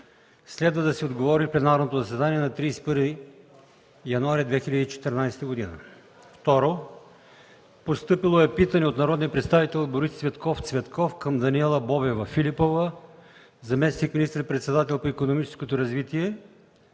Следва да се отговори в пленарното заседание на 31 януари 2014 г. 2. Постъпило е питане от народния представител Борис Цветков Цветков към Даниела Бобева-Филипова – заместник министър-председател по икономическото развитие,